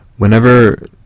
Whenever